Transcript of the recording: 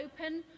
open